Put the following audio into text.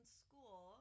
school